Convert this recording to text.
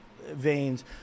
veins